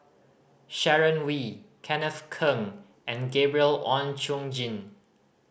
Sharon Wee Kenneth Keng and Gabriel Oon Chong Jin